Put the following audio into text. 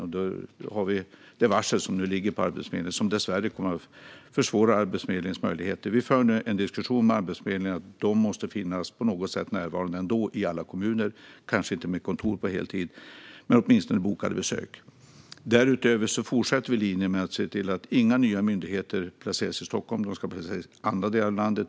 Det har lett till det varsel som nu ligger på Arbetsförmedlingen och som dessvärre kommer att försvåra deras möjligheter. Vi för nu en diskussion med Arbetsförmedlingen om att de ändå måste finnas närvarande i alla kommuner på något sätt, kanske inte med kontor på heltid men åtminstone med bokade besök. Därutöver fortsätter vi linjen med att se till att inga nya myndigheter placeras i Stockholm. De ska placeras i andra delar av landet.